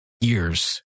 years